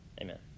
amen